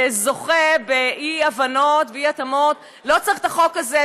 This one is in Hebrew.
זוכה לאי-הבנות ואי-התאמות: לא צריך את החוק הזה,